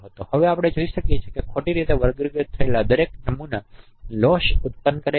અહીં હવે આપણે જોઈ શકીએ છીએ કે ખોટી રીતે વર્ગીકૃત થયેલ દરેક નમૂના લોસ ઉત્પન્ન કરે છે